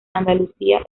andalucía